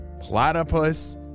platypus